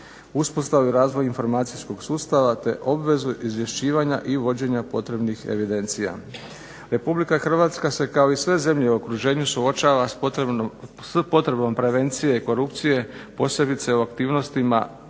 uspostava i razvoj informacijskog sustava, te obvezu izvješćivanja i vođenja potrebnih evidencija. Republika Hrvatska se kao i sve zemlje u okruženju suočava s potrebom prevencije korupcije, posebice u aktivnostima